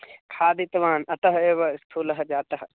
खादितवान् अतः एव स्थूलः जातः